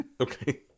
Okay